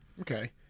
Okay